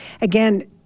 Again